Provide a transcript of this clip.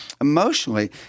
Emotionally